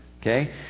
Okay